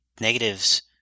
negatives